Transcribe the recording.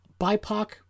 BIPOC